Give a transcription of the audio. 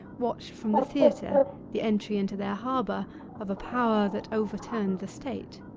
watched from the theatre the entry into their harbour of a power that overturned the state.